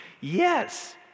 yes